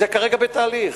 זה כרגע בתהליך.